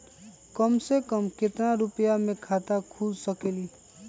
कम से कम केतना रुपया में खाता खुल सकेली?